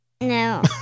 No